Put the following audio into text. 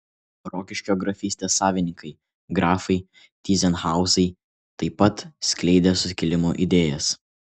rokiškio grafystės savininkai grafai tyzenhauzai taip pat skleidė sukilimo idėjas